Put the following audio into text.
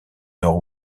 nord